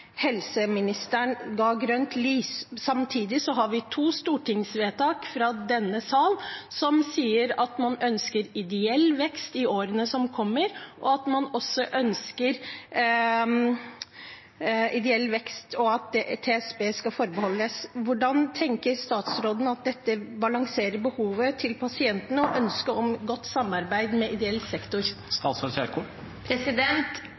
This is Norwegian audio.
helseministeren ga grønt lys. Samtidig har vi to stortingsvedtak fra denne sal som sier at man ønsker ideell vekst i årene som kommer, og at man også ønsker at TSB skal forbeholdes denne. Hvordan tenker statsråden at dette balanserer behovet til pasientene og ønsket om godt samarbeid med ideell sektor?